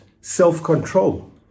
self-control